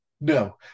No